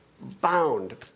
bound